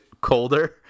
colder